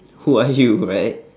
who are you right